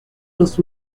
los